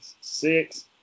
six